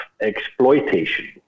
exploitation